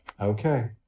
Okay